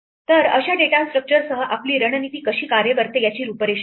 तर अशा डेटा स्ट्रक्चरसह आपली रणनीती कशी कार्य करते याची रूपरेषा आहे